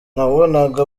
nabonaga